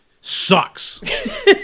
sucks